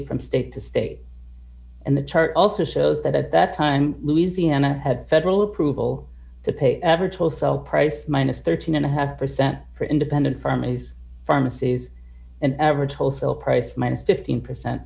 from state to state and the chart also shows that at that time louisiana had federal approval to pay average will sell price minus thirteen and a half percent for independent fermi's pharmacies an average wholesale price minus fifteen percent